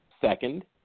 second